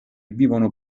vivono